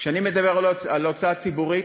כשאני מדבר על הוצאה ציבורית,